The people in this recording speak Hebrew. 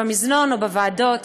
במזנון או בוועדות,